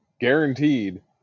guaranteed